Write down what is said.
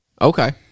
Okay